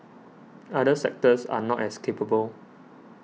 other sectors are not as capable